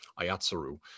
Ayatsuru